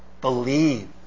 believe